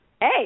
Hey